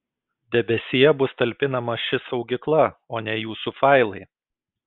debesyje bus talpinama ši saugykla o ne jūsų failai